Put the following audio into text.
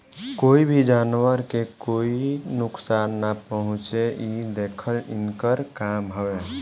कोई भी जानवर के कोई नुकसान ना पहुँचावे इ देखल इनकर काम हवे